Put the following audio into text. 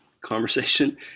conversation